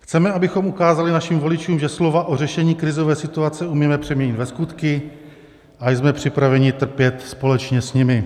Chceme, abychom ukázali našim voličům, že slova o řešení krizové situace umíme přeměnit ve skutky, a jsme připraveni trpět společně s nimi.